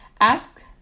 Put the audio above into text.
ask